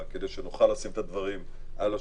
כדי שנוכל לשים את הדברים על השולחן.